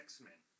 X-Men